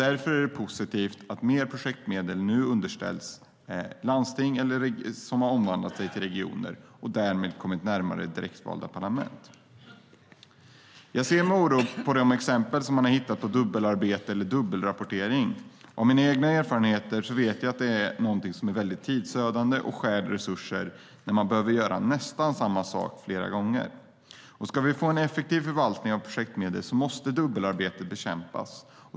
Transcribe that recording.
Därför är det positivt att mer projektmedel nu underställs landsting som har omvandlat sig till regioner och därmed har kommit att närmare likna direktvalda parlament. Jag ser med oro på de exempel som man har hittat på dubbelarbete eller dubbelrapportering. Av egen erfarenhet vet jag att det är väldigt tidsödande och stjäl resurser när man behöver göra nästan samma sak flera gånger. Ska vi få en effektiv förvaltning av projektmedel måste dubbelarbetet bekämpas.